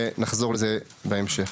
ונחזור לזה בהמשך.